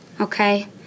okay